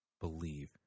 believe